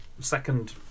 second